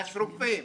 מהשרופים.